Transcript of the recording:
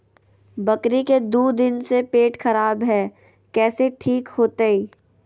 बकरी के दू दिन से पेट खराब है, कैसे ठीक होतैय?